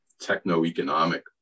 techno-economic